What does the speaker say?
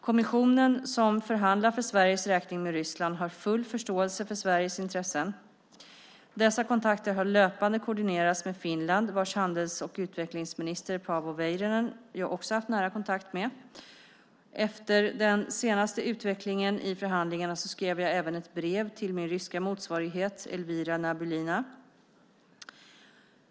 Kommissionen, som förhandlar för Sveriges räkning med Ryssland, har full förståelse för Sveriges intressen. Dessa kontakter har löpande koordinerats med Finland, vars handels och utvecklingsminister Paavo Väyrynen jag också haft nära kontakt med. Efter den senaste utvecklingen i förhandlingarna skrev jag även ett brev till min ryska motsvarighet Elvira Nabiulina.